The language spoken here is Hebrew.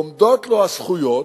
עומדות לו הזכויות,